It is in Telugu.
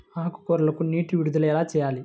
ఆకుకూరలకు నీటి విడుదల ఎలా చేయాలి?